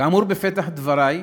כאמור בפתח דברי,